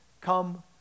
come